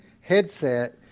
headset